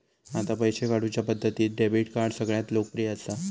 आता पैशे काढुच्या पद्धतींत डेबीट कार्ड सगळ्यांत लोकप्रिय असा